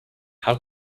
how